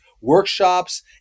workshops